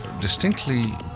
distinctly